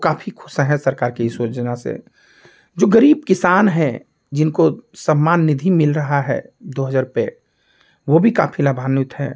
काफ़ी खुश हैं सरकार की इस योजना से जो गरीब किसान है जिनको सम्मान निधि मिल रहा है दो हज़ार रुपये वह भी काफ़ी लाभान्वित है